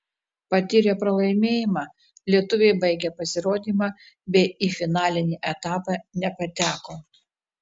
patyrę pralaimėjimą lietuviai baigė pasirodymą bei į finalinį etapą nepateko